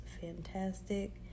fantastic